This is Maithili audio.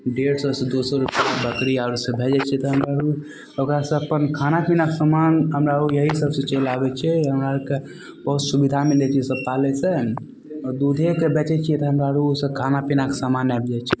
डेढ़ सओसे दुइ सओ रुपैआ बकरी आओरसे भै जाइ छै तऽ हमर घरमे ओकरासे अपन खाना पिनाके समान हमरा आओर इएहसबसे चलि आबै छै हमरा आओरके बहुत सुविधा मिलै छै ईसब पालैसे आओर दूधेके बेचै छिए तऽ हमरा आओर ओहिसे खाना पिनाके समान आबि जाइ छै